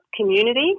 community